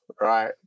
right